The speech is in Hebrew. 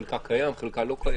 חלקה קיים, חלקה לא.